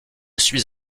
suis